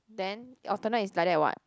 then alternate is like that what